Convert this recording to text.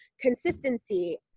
consistency